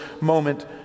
moment